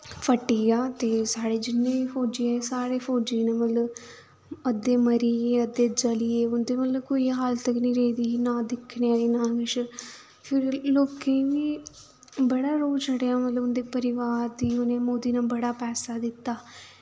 फट्टी गेआ ते साढ़े जिन्ने बी फौजी हे साढ़े फौजी न मतलब अद्धे मरी गे अद्धे जली गे उं'दे मतलब कोई हालत गै नी रेदी ही नां दिक्खने दी नां किश फिर लोकें गी बी बड़ा रोह् चढ़ेआ मतलब उं'दे परिवार गी उ'नें मोदी ने बड़ा पैसा दित्ता